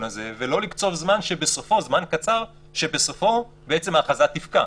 הזה ולא לקצוב זמן קצר שבסופו ההכרזה תפקע.